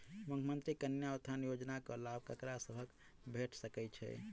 मुख्यमंत्री कन्या उत्थान योजना कऽ लाभ ककरा सभक भेट सकय छई?